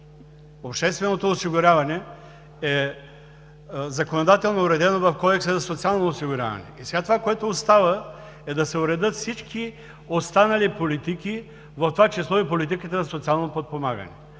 Общественото осигуряване е законодателно уредено в Кодекса за социално осигуряване. И сега това, което остава, е да се уредят всички останали политики, в това число и политиките за социално подпомагане.